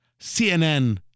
CNN